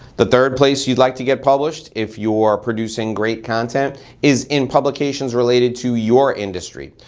the third place you'd like to get published if you're producing great content is in publications related to your industry.